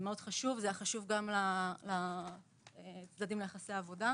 זה מאוד חשוב וזה היה חשוב לכלול הוראה כזו גם לצדדים ליחסי העבודה.